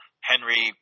Henry